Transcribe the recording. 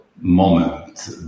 moment